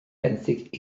benthyg